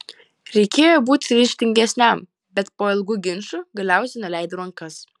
reikėjo būti ryžtingesniam bet po ilgų ginčų galiausiai nuleidau rankas